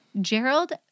Gerald